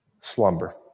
slumber